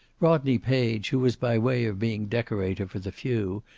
rodney page, who was by way of being decorator for the few,